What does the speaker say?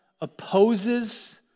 opposes